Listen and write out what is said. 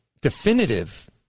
definitive